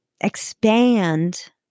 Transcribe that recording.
expand